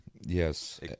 yes